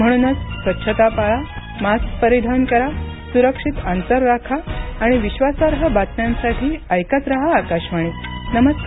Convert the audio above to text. म्हणून स्वच्छता पाळा मास्क परिधान करा सुरक्षित अंतर राखा आणि विश्वासार्ह बातम्यांसाठी ऐकत राहा आकाशवाणीनमस्कार